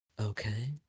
Okay